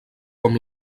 com